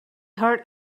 heard